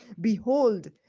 Behold